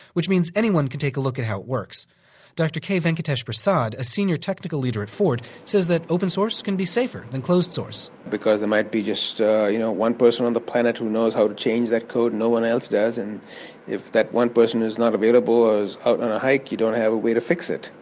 which means anyone can look at how it works dr. k. venkatesh prasad, a senior technical leader at ford, says that open source can be safer than closed source, because there might be just you know one person on the planet who knows how to change that code and no one else does, and if that one person is not available or is out on a hike you don't have a way to fix it.